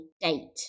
date